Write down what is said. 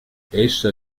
essa